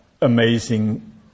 amazing